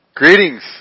Greetings